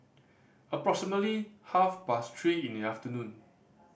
approximately half past three in the afternoon